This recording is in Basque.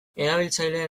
erabiltzaileen